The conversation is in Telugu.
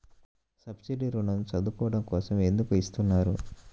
సబ్సీడీ ఋణం చదువుకోవడం కోసం ఎందుకు ఇస్తున్నారు?